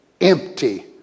empty